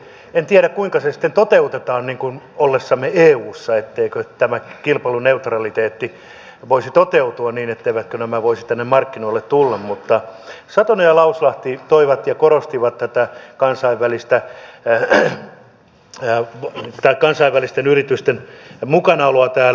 en tiedä kuinka se sitten toteutetaan ollessamme eussa että tämä kilpailuneutraliteetti voisi toteutua niin etteivät nämä voisi tänne markkinoille tulla mutta satonen ja lauslahti toivat esiin ja korostivat tätä kansainvälisten yritysten mukanaoloa täällä